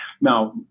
Now